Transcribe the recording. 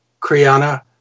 Kriana